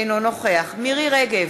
אינו נוכח מירי רגב,